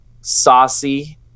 Saucy